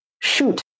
shoot